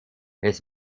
his